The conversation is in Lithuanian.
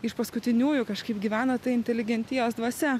iš paskutiniųjų kažkaip gyveno ta inteligentijos dvasia